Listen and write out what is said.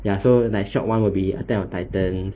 ya so my short [one] would be clash of titans